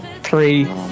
three